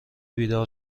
بیدار